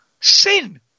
sin